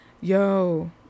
Yo